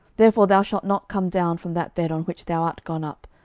therefore thou shalt not come down from that bed on which thou art gone up,